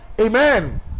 amen